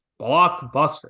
blockbuster